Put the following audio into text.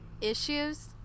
issues